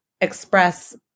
express